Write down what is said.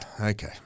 Okay